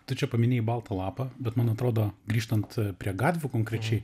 tu čia paminėjai baltą lapą bet man atrodo grįžtant prie gatvių konkrečiai